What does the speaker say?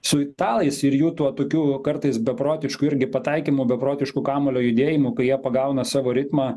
su italais ir jų tuo tokiu kartais beprotišku irgi pataikymu beprotišku kamuolio judėjimu kai jie pagauna savo ritmą